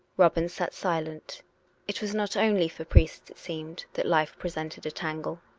robin sat silent it was not only for priests, it seemed, that life presented a tangle.